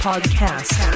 Podcast